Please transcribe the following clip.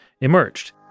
emerged